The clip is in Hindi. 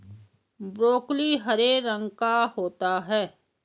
ब्रोकली हरे रंग का होता है